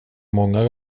många